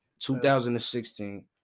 2016